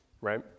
Right